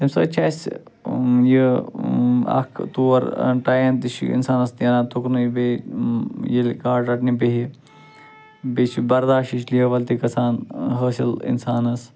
تَمہِ سۭتۍ چھِ اَسہِ یہِ اَکھ تور ٹایم تہِ چھُ انسانس نیران تُکنٕے بییٚہِ ییٚلہِ گاڈٕ رَٹنہِ بیٚہہِ بیٚیہِ چھُ برادشٕچ لیوَل تہِ گژھان حٲصِل اِنسانس